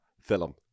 film